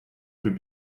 plus